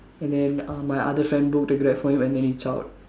and then uh my other friend book the Grab for him and then he zao